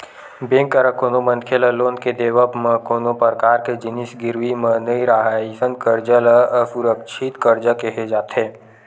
bank करा कोनो मनखे ल लोन के देवब म कोनो परकार के जिनिस गिरवी म नइ राहय अइसन करजा ल असुरक्छित करजा केहे जाथे